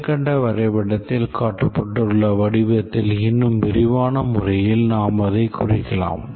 மேற்கண்ட வரைபடத்தில் காட்டப்பட்டுள்ள வடிவத்தில் இன்னும் விரிவான முறையில் நாம் அதைக் குறிக்கலாம்